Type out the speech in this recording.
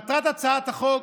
מטרת הצעת החוק,